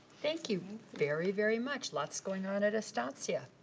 thank you, very, very much. lots going on at estancia.